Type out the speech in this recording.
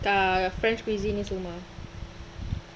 err french cuisine ini semua